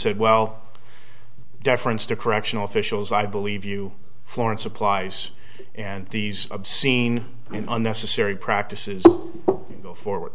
said well deference to correctional officials i believe you florence applies and these obscene and unnecessary practices go forward